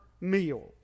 meal